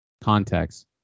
context